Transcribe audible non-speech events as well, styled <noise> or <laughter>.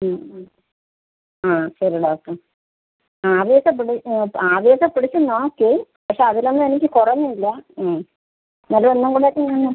ആ ശരി ഡോക്ടർ ആവി ഒക്കെ ആവി ഒക്കെ പിടിച്ച് നോക്കി പക്ഷെ അതിലൊന്നും എനിക്ക് കുറഞ്ഞില്ല എന്നാലും ഒന്നും കൂടിയൊക്കെ <unintelligible>